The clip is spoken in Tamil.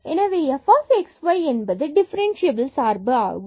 எனவே f x y என்பது டிஃபரன்ஸியபில் சார்பு ஆகும்